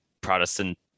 Protestant